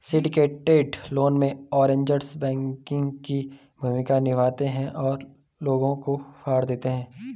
syndicated loan में, arrangers banking की भूमिका निभाते हैं और लोगों को फंड देते हैं